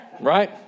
right